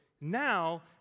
Now